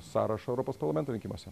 sąrašo europos parlamento rinkimuose